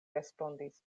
respondis